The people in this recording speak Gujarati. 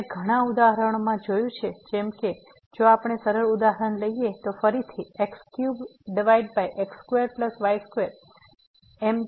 આપણે ઘણા ઉદાહરણોમાં જોયું છે જેમ કે જો આપણે સરળ ઉદાહરણ લઈએ તો ફરીથી x3x2y2 તેથી અમે માત્ર પોલાર કોઓર્ડિનેટ બદલી શકીએ છીએ